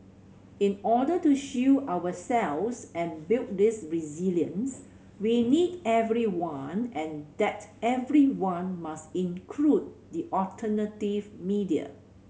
in order to shield ourselves and build this resilience we need everyone and that everyone must include the alternative media